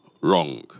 wrong